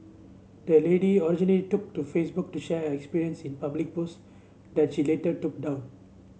the lady originally took to Facebook to share her experience in public post that she later took down